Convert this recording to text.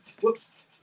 whoops